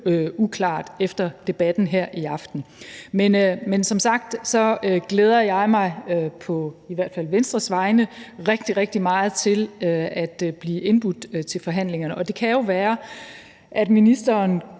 uklart efter debatten her i aften. Men som sagt glæder jeg mig i hvert fald på Venstres vegne rigtig, rigtig meget til at blive indbudt til forhandlingerne, og det kan jo være, at ministeren